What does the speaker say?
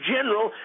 General